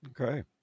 Okay